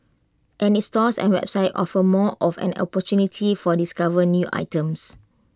and its stores and website offer more of an opportunity for discover new items